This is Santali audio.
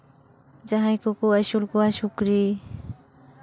ᱡᱟᱦᱟᱸᱭ ᱠᱚᱠᱚ ᱟᱹᱥᱩᱞ ᱠᱚᱣᱟ ᱥᱩᱠᱨᱤ